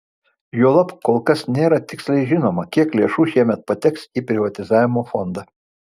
juolab kol kas nėra tiksliai žinoma kiek lėšų šiemet pateks į privatizavimo fondą